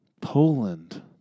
Poland